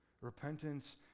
Repentance